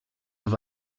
have